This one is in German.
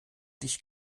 dich